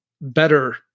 better